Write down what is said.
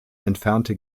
entfernte